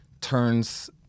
turns